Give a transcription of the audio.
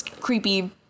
creepy